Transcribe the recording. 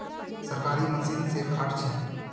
सरकारी मशीन से कार्ड छै?